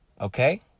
okay